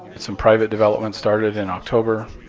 some private development started in october.